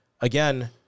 Again